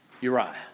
Uriah